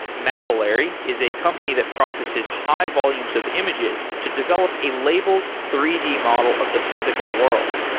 mapillary is a company that processes high volumes of images to develop a labeled three d model of the physical world.